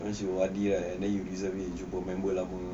once you O_R_D right and then you reserve jumpa member lama